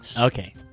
Okay